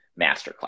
masterclass